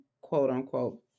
quote-unquote